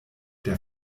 der